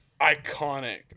iconic